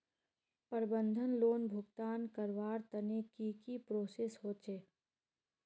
प्रबंधन लोन भुगतान करवार तने की की प्रोसेस होचे?